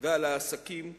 ועל העסקים בישראל.